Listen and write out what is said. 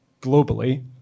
globally